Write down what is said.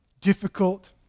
difficult